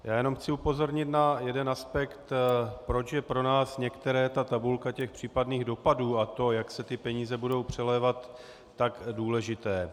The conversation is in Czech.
Já jenom chci upozornit na jeden aspekt, proč je pro nás některé ta tabulka případných dopadů a to, jak se ty peníze budou přelévat, tak důležité.